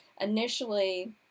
initially